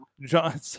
John